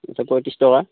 পঁয়ত্ৰিছ টকা